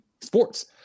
sports